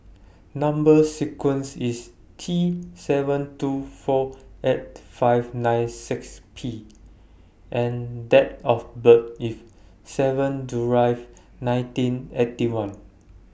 Number sequence IS T seven two four eight five nine six P and Date of birth IS seven July nineteen Eighty One